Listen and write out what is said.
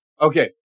Okay